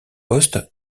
postes